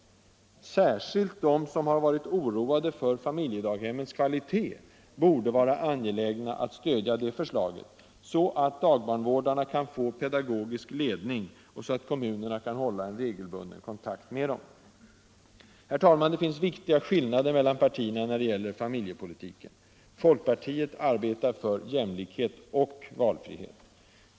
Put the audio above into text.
Särskilt de som som har varit oroade för familjedaghemmens kvalitet borde vara angelägna att stödja det förslaget, så att dagbarnvårdarna kan få pedagogisk ledning och så att kommunerna kan hålla en regelbunden kontakt med dem. Herr talman! Det finns viktiga skillnader mellan partierna när det gäller familjepolitiken. Folkpartiet arbetar för jämlikhet och valfrihet.